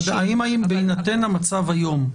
אבל בהינתן המצב היום.